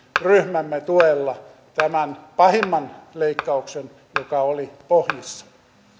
ryhmämme tuella tämän pahimman leikkauksen joka oli pohjissa